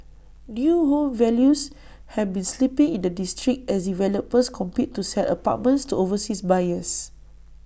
new home values have been slipping in the district as developers compete to sell apartments to overseas buyers